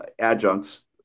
adjuncts